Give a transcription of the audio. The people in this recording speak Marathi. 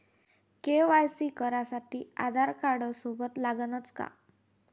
के.वाय.सी करासाठी आधारकार्ड सोबत लागनच का?